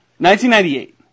1998